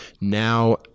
now